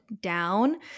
down